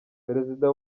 perezida